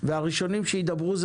והראשונים שידברו הם